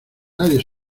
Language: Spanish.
nadie